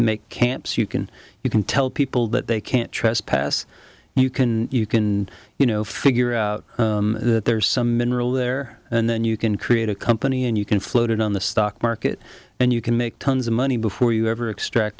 make camps you can you can tell people that they can't trespass you can you can you know figure out that there's some mineral there and then you can create a company and you can float it on the stock market and you can make tons of money before you ever extract